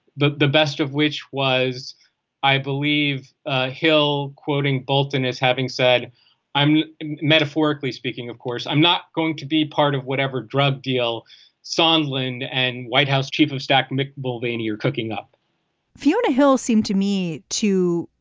the the best of which was i believe ah hill quoting bolton as having said i'm metaphorically speaking of course i'm not going to be part of whatever drug deal sunlen. and white house chief of staff mick mulvaney you're cooking up fiona hill seem to me too.